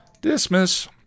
Dismiss